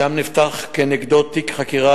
ושם נפתח כנגדו תיק חקירה,